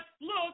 look